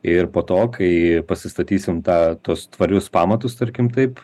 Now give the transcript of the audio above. ir po to kai pasistatysim tą tuos tvarius pamatus tarkim taip